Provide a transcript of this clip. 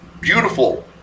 beautiful